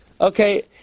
Okay